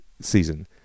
season